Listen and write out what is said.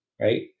right